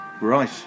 Right